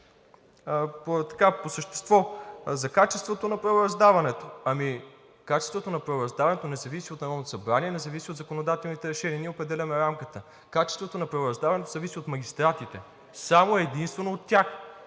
Качеството на правораздаването не зависи от Народното събрание, не зависи от законодателните решения. Ние определяме рамката. Качеството на правораздаването зависи от магистратите – само и единствено от тях.